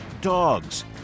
dogs